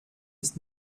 ist